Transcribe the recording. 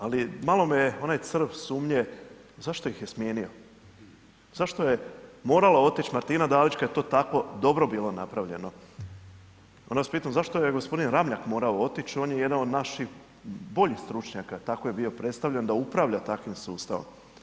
Ali malo me onaj crv sumnje zašto ih je smijenio, zašto je morala otići Martina Dalić kad je to tako dobro bilo napravljeno, onda vas pitam zašto je gospodin Ramljak morao otići, on je jedan od naših boljih stručnjaka tako je bio predstavljen da upravlja takvim sustavom.